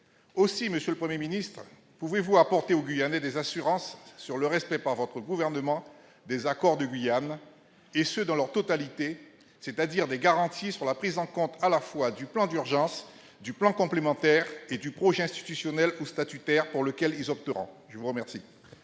Aussi, monsieur le Premier ministre, pouvez-vous apporter aux Guyanais des assurances sur le respect par votre gouvernement des accords de Guyane, et ce dans leur totalité, c'est-à-dire des garanties sur la prise en compte, à la fois, du plan d'urgence, du plan complémentaire et du projet institutionnel ou statutaire pour lequel ils opteront ? La parole